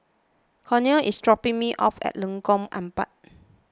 Cornel is dropping me off at Lengkong Empat